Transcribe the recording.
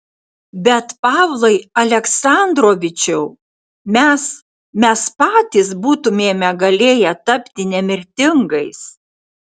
bet pavlai aleksandrovičiau mes mes patys būtumėme galėję tapti nemirtingais